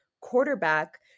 quarterback